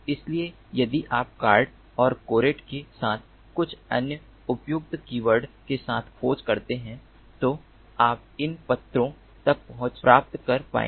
इसलिए यदि आप कॉर्ड और कोरड के साथ कुछ अन्य उपयुक्त कीवर्ड के साथ खोज करते हैं तो आप इन पत्रों तक पहुंच प्राप्त कर पाएंगे